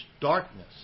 darkness